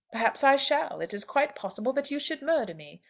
perhaps i shall. it is quite possible that you should murder me.